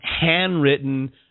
handwritten